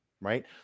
Right